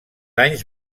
anys